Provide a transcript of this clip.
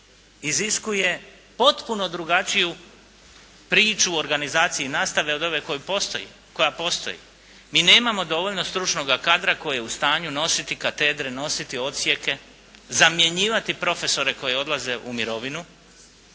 iziskuje potpuno drugačiju priču u organizaciji nastave od one koja postoji. Mi nemamo dovoljno stručnoga kadra koji je u stanju nositi katedre, nositi odsjeke, zamjenjivati profesore koji odlaze u mirovinu.